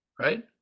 Right